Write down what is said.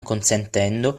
consentendo